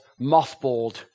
mothballed